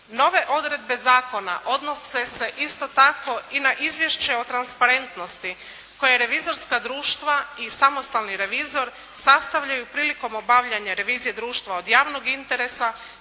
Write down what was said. Nove odredbe zakona odnose se isto tako i na izvješće o transparentnosti koje revizorska društva i samostalni revizor sastavljaju prilikom obavljanja revizije društva od javnog interesa